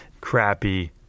crappy